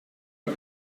les